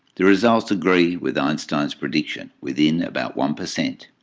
the results agree with einstein's prediction within about one percent.